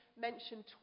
mentioned